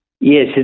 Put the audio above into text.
Yes